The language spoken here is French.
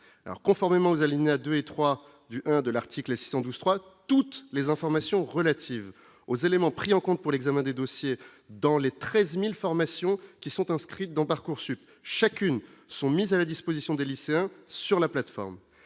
alors conformément aux alinéas 2 et 3 du I de l'article 612 3 toutes les informations relatives aux éléments pris en compte pour l'examen des dossiers dans les 13000 formations qui sont inscrites, dont Parcoursup chacune sont mis à la disposition des lycéens sur la plateforme,